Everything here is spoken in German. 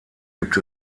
gibt